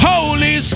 Holy